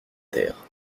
terre